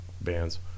bands